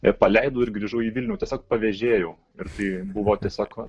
ir paleidau ir grįžau į vilnių tiesiog pavėžėjau ir tai buvo tiesiog